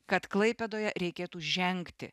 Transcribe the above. kad klaipėdoje reikėtų žengti